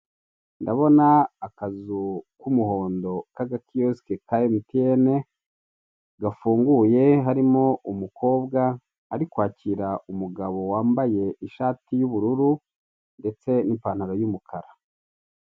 Ndabona akazu k'umuhondo, k'agakiyosike, ka emutiyene, hafunguye, harimo umukobwa, ari kwakira umugabo wambaye ishati y'ubururu ndetse n'ipantaro y'umukara.